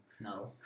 No